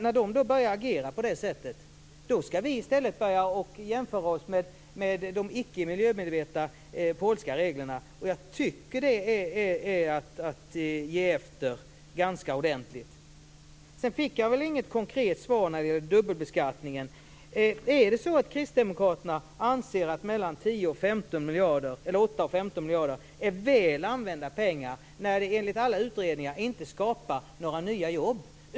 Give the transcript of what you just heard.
När de börjar agera på det sättet skall vi i stället börja jämföra våra regler med de polska reglerna, som inte tyder på någon miljömedvetenhet. Jag tycker att det är att ge efter ganska ordentligt. Jag fick inget konkret svar när det gäller dubbelbeskattningen. Är det så att kristdemokraterna anser att mellan 8 och 15 miljarder är väl använda pengar, när denna ändring enligt alla utredningar inte skapar några nya jobb?